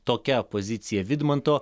tokia pozicija vidmanto